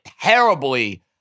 terribly